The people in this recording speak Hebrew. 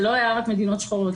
זה לא היה רק מדינות שחורות,